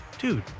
Dude